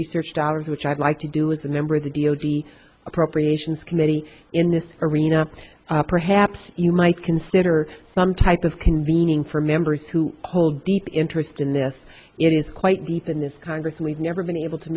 research dollars which i'd like to do as a member of the d o d appropriations committee in this arena perhaps you might consider some type of convening for members who hold deep interest in this it is quite deep in this congress we've never been able to